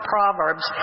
Proverbs